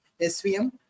SVM